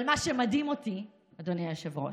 אבל מה שמדהים אותי, אדוני היושב-ראש,